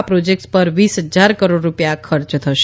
આ પ્રોજેક્ટ્સ પર વીસ હજાર કરોડ રૂપિયા ખર્ચ થશે